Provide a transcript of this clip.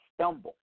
stumble